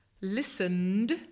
listened